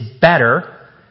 better